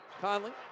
Conley